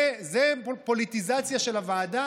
זה פוליטיזציה של הוועדה?